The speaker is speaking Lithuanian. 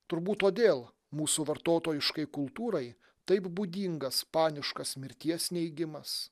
turbūt todėl mūsų vartotojiškai kultūrai taip būdingas paniškas mirties neigimas